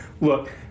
Look